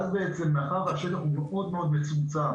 מאחר והשטח הוא מאוד מצומצם